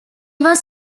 was